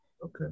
okay